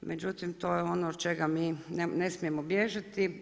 Međutim, to je ono od čega mi ne smijemo bježati.